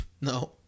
No